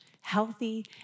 healthy